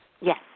Yes